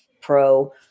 Pro